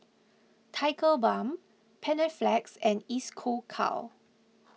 Tigerbalm Panaflex and Isocal